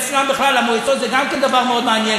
אצלם בכלל המועצות זה גם כן דבר מעניין,